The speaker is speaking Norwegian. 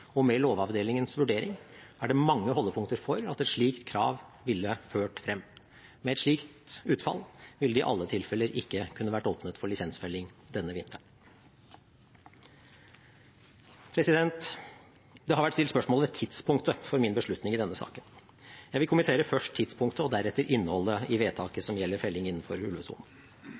og med lovavdelingens vurdering, er det mange holdepunkter for at et slikt krav ville ført frem. Med et slikt utfall ville det i alle tilfeller ikke kunnet vært åpnet for lisensfelling denne vinteren. Det har vært stilt spørsmål ved tidspunktet for min beslutning i denne saken. Jeg vil kommentere først tidspunktet og deretter innholdet i vedtaket som gjelder felling innenfor ulvesonen.